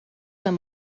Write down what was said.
amb